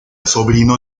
sobrino